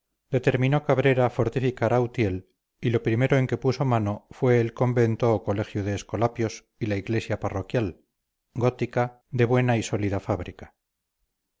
determinó cabrera fortificar a utiel y lo primero en que puso mano fue el convento o colegio de escolapios y la iglesia parroquial gótica de buena y sólida fábrica